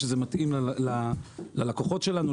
לוודא שזה מתאים ללקוחות שלנו,